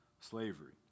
slavery